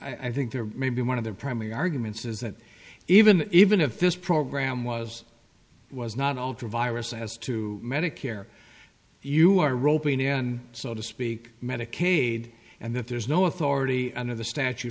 i think there may be one of the primary arguments is that even even if this program was was not alter virus as to medicare you are roping in so to speak medicaid and that there's no authority under the statu